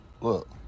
Look